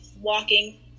walking